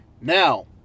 Now